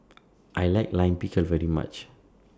I like Lime Pickle very much